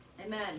Amen